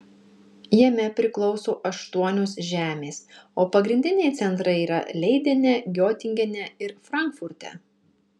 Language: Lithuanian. jame priklauso aštuonios žemės o pagrindiniai centrai yra leidene giotingene ir frankfurte